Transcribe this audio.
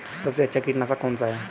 सबसे अच्छा कीटनाशक कौन सा है?